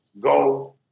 go